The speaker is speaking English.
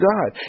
God